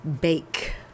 bake